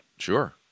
sure